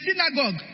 synagogue